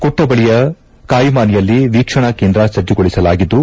ಕುಟ್ಟ ಬಳಿಯ ಕಾಯಿಮಾನಿಯಲ್ಲಿ ವೀಕ್ಷಣಾ ಕೇಂದ್ರ ಸಜ್ಜಗೊಳಿಸಲಾಗಿದ್ದು